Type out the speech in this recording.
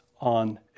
on